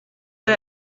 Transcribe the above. der